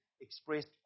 expressed